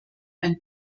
ein